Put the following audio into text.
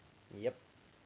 yup